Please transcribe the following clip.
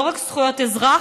לא רק זכויות אזרח,